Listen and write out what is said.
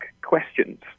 questions